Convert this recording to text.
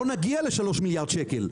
לא נגיע ל-3 מיליארד שקל.